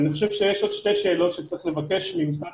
אני חושב שיש עוד שתי שאלות שצריך לבקש ממשרד